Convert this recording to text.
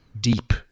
deep